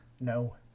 No